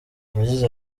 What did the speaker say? yagize